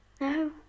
No